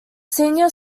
senior